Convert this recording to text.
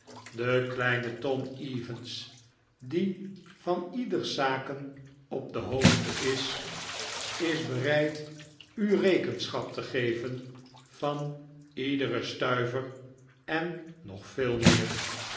de kleine tom eaves die van ieders zaken op de hoogte is is bereid u rekenschap te geven van iederen stuiver en nog veel meer